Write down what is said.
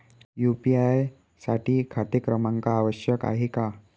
UPI साठी खाते क्रमांक आवश्यक आहे का?